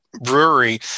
brewery